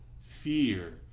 fear